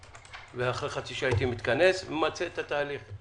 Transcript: ואחרי חצי שעה הייתי מתכנס וממצה את התהליך.